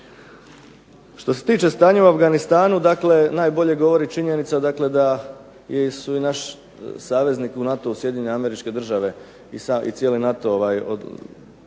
Što se tiče stanja u Afganistanu najbolje govori činjenica da je i naš saveznik u NATO-u SAD i cijeli NATO vrlo